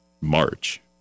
March